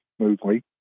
smoothly